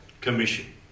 Commission